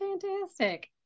fantastic